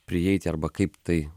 prieiti arba kaip tai